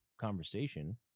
conversation